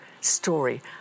story